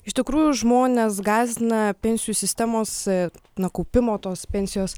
iš tikrųjų žmones gąsdina pensijų sistemos na kaupimo tos pensijos